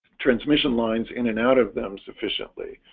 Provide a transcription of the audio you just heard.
transmission lines in and out of them sufficiently